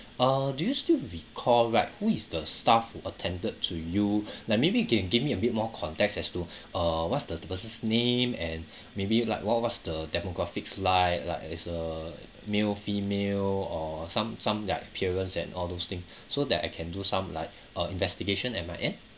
uh do you still recall right who is the staff who attended to you like maybe you can give me a bit more context as to uh what's the the person's name and maybe you like what what's the demographics like like as a male female or some some their appearance and all those thing so that I can do some like uh investigation at my end